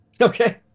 Okay